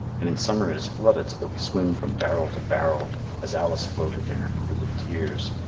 and in summer it is flooded so that we swim from barrel to barrel as alice floated in her pool of tears.